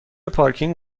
پارکینگ